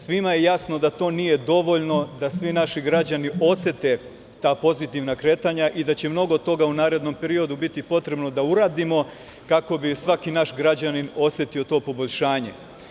Svima je jasno da to nije dovoljno da svi naši građani osete ta pozitivna kretanja i da će mnogo toga u narednom periodu biti potrebno da uradimo kako bi svaki naš građanin osetio to poboljšanje.